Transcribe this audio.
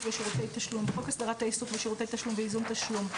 בשירותי תשלום" חוק הסדרת העיסוק בשירותי תשלום וייזום תשלום,